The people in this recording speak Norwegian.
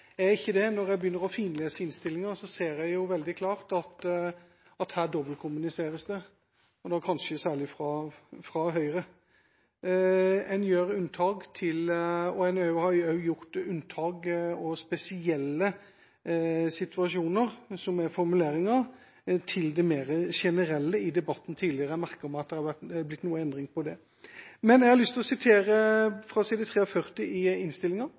er ikke det. Når jeg begynner å finlese innstillinga, ser jeg veldig klart at her dobbeltkommuniseres det, kanskje særlig fra Høyre. En gjør unntak og har også gjort unntak ved spesielle situasjoner, som er formuleringa, til det mer generelle i debatten tidligere. Jeg merker meg at det har blitt noe endring på det. Jeg har lyst til å sitere fra side 43 i innstillinga,